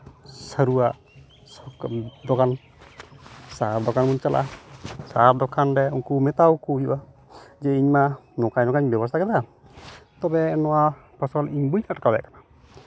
ᱥᱟᱹᱨᱩᱣᱟᱜ ᱫᱳᱠᱟᱱ ᱫᱳᱠᱟᱱ ᱵᱚᱱ ᱪᱟᱞᱟᱜᱼᱟ ᱥᱟᱦᱟᱨ ᱫᱚᱠᱟᱱ ᱨᱮ ᱩᱠᱩ ᱢᱮᱛᱟᱣᱟᱠᱚ ᱦᱩᱭᱩᱜᱼᱟ ᱡᱮ ᱤᱧ ᱢᱟ ᱱᱚᱝᱠᱟ ᱱᱚᱝᱠᱟᱧ ᱵᱮᱵᱚᱥᱛᱷᱟ ᱠᱮᱫᱟ ᱛᱚᱵᱮ ᱱᱚᱣᱟ ᱯᱷᱚᱥᱚᱞ ᱤᱧ ᱵᱟᱹᱧ ᱟᱸᱴᱠᱟᱣ ᱮᱫ ᱠᱟᱱᱟ